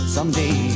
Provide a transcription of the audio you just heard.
Someday